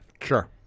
sure